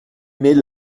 met